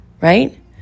right